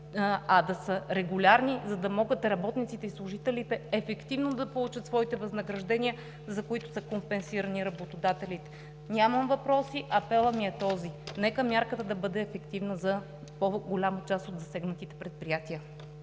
а да са регулярни, за да могат работниците и служителите ефективно да получат своите възнаграждения, за които са компенсирани от работодателите. Нямам въпроси, апелът ми е този: нека мярката да бъде ефективна за по-голяма част от засегнатите предприятия!